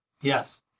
Yes